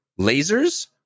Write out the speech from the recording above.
lasers